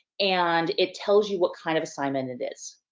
and, it tells you what kind of assignment it is.